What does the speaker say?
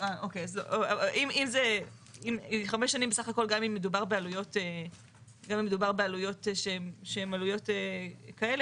גם אם מדובר בעלויות שהן עלויות כאלה,